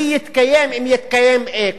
B יתקיים אם יתקיים A,